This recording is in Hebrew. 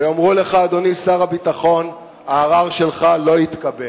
ויאמרו לך, אדוני שר הביטחון: הערר שלך לא יתקבל,